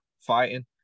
fighting